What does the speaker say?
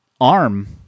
arm